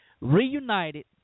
reunited